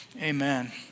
amen